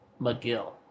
McGill